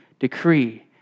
Decree